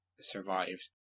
survived